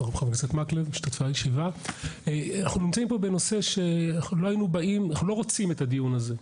אנחנו לא רוצים את הדיון הזה,